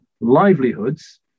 livelihoods